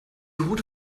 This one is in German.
route